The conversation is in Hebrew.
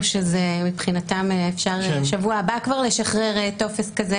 שמבחינתם אפשר כבר בשבוע הבא לשחרר טופס כזה